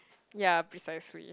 ya precisely